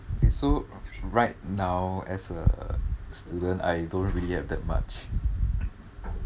K so right now as a student I don't really have that much